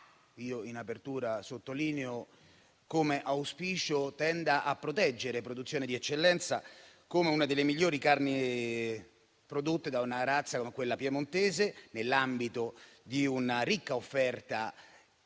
io in apertura sottolineo come auspicio tenda a proteggere produzioni di eccellenza, come una delle migliori carni prodotte da una razza come quella piemontese, nell'ambito di una ricca offerta